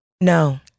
no